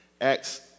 Acts